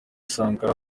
sankara